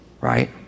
right